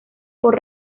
por